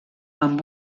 amb